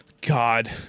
God